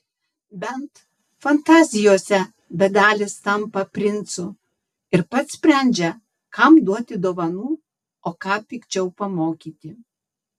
bent fantazijose bedalis tampa princu ir pats sprendžia kam duoti dovanų o ką pikčiau pamokyti